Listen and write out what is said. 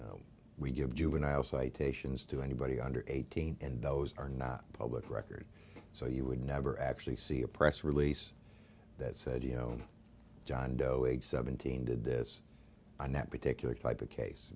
we give juvenile citations to anybody under eighteen and those are not public record so you would never actually see a press release that said you know john doe exurban team did this on that particular type of case